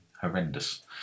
Horrendous